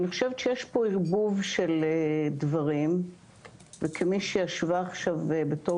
אני חושבת שיש פה ערבוב של דברים וכמי שישבה עכשיו בתור